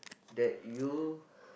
that you